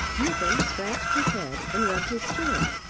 nickem scratched his head and rubbed his chin.